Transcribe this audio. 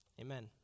Amen